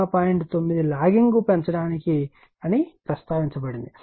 9 logging పెంచడానికి అని ప్రస్తావించబడింది